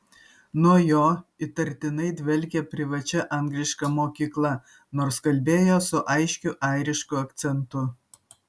nuo jo įtartinai dvelkė privačia angliška mokykla nors kalbėjo su aiškiu airišku akcentu